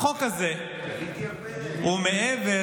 החוק הזה הוא מעבר